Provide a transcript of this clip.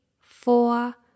four